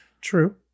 True